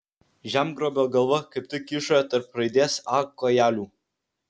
žemgrobio galva kaip tik kyšojo tarp raidės a kojelių